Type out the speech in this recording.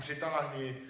přitáhni